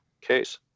case